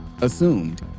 assumed